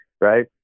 Right